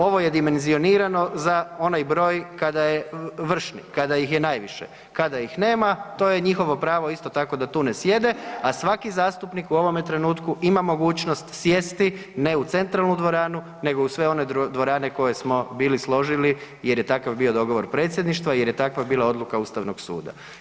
Ovo je dimenzionirano za onaj broj kada je vršni, kada ih je najviše, kada ih nema to je njihovo pravo isto tako da tu ne sjedne, a svaki zastupnik u ovome trenutku ima mogućnost sjesti ne u centralnu dvoranu nego u sve one dvorane koje smo bili složili jer je takav bio dogovor predsjedništva jer je takva bila odluka Ustavnog suda.